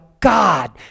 God